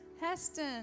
Heston